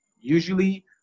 usually